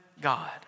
God